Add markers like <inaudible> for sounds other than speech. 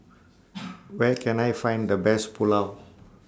<noise> Where <noise> Can I Find The Best Pulao